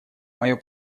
мое